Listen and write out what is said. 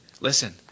Listen